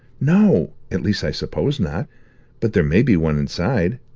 no at least i suppose not but there may be one inside.